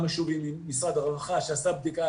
גם משובים ממשרד הרווחה שעשה בדיקה